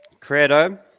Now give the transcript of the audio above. credo